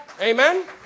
Amen